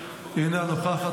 אינה נוכחת,